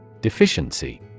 Deficiency